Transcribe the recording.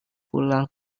pulang